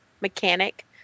mechanic